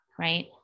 right